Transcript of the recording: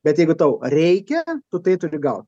bet jeigu tau reikia tu tai turi gaut